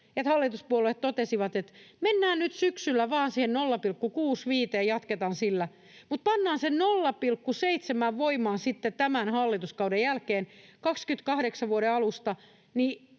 hallituspuolueet totesivat, että mennään nyt syksyllä vain siihen 0,65:een, jatketaan sillä, mutta pannaan se 0,7 voimaan sitten tämän hallituskauden jälkeen vuoden 28 alusta,